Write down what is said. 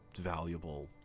valuable